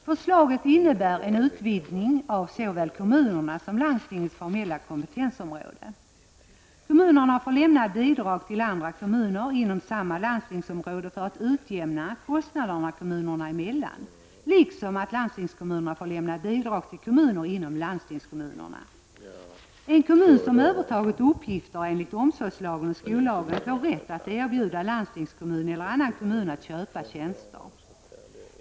Förslaget innebär en utvidgning av såväl kommunernas som landstingens formella kompetensområde. Kommunerna får lämna bidrag till andra kommuner inom samma landstingsområde för att utjämna kostnaderna kommunerna emellan liksom landstingskommunerna får lämna bidrag till kommuner inom landstingskommunerna. En kommun som övertagit uppgifter enligt omsorgslagen och skollagen får rätt att erbjuda landstingskommun eller annan kommun att köpa tjänster.